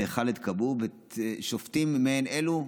ח'אלד כאבוב, שופטים מעין אלו.